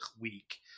week